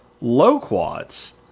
loquats